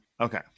Okay